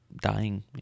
dying